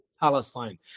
Palestine